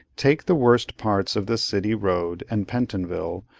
take the worst parts of the city road and pentonville,